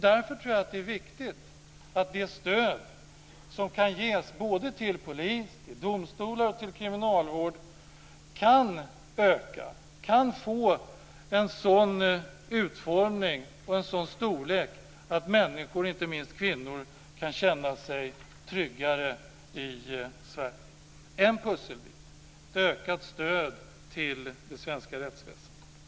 Därför tror jag att det är viktigt att det stöd som kan ges både till polis, till domstolar och till kriminalvård kan öka och få en sådan utformning och storlek att människor - inte minst kvinnor - kan känna sig tryggare i Sverige. Ett ökat stöd till det svenska rättsväsendet är en pusselbit.